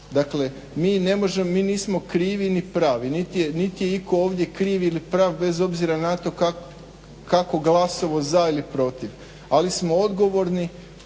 Dakle mi nismo ni krivi ni pravi, niti je itko ovdje kriv ili prav bez obzira na to kako glasovao za ili protiv, ali smo odgovorni